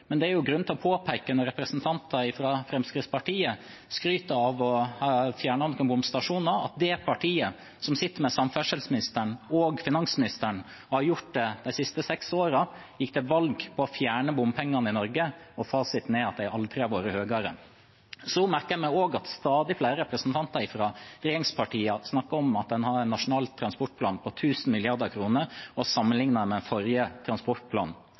men det er jo grunn til å påpeke, når representanter fra Fremskrittspartiet skryter av å ha fjernet noen bomstasjoner, at det partiet som sitter med samferdselsministeren og finansministeren – og har gjort det de siste seks årene – gikk til valg på å fjerne bompengene i Norge, og fasiten er at de aldri har vært høyere. Så merker jeg meg også at stadig flere representanter fra regjeringspartiene snakker om at en har en nasjonal transportplan på 1 000 mrd. kr – og sammenligner dette med den forrige